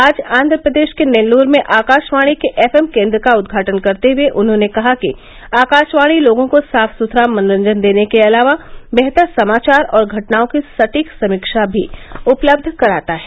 आज आंध्र प्रदेश के नेल्लूर में आकाशवाणी के एफएम केन्द्र का उद्घाटन करते हुए उन्होंने कहा कि आकाशवाणी लोगों को साफ सुथरा मनोरंजन देने के अलावा बेहतर समाचार और घटनाओं की सटीक समीक्षा भी उपलब्ध कराता है